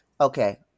Okay